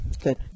good